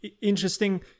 interesting